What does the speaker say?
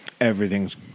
Everything's